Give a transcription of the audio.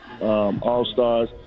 all-stars